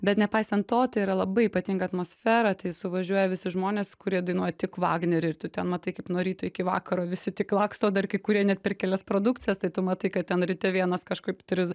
bet nepaisant to tai yra labai ypatinga atmosfera tai suvažiuoja visi žmonės kurie dainuoja tik vagnerį ir tu ten matai kaip nuo ryto iki vakaro visi tik laksto dar kai kurie net per kelias produkcijas tai tu matai kad ten ryte vienas kažkaip triz